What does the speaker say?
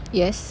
yes